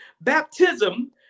Baptism